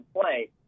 play